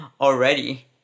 already